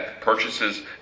purchases